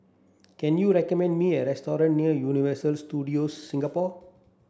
can you recommend me a restaurant near Universal Studios Singapore